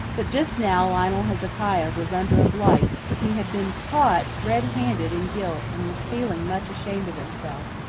but just now lionel hezekiah was under a blight he had been caught red-handed in guilt, and was feeling much ashamed of himself.